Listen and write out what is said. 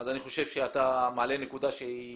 אני חושב שאתה מעלה נקודה שהיא